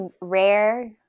rare